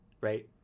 Right